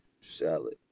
Salad